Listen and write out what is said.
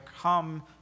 come